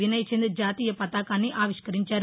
వినయ్చంద్ జాతీయ పతాకాన్ని ఆవిష్టరించారు